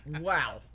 Wow